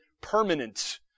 permanent